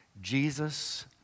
Jesus